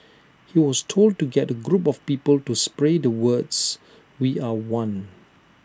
he was told to get A group of people to spray the words we are one